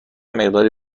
مقداری